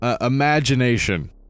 imagination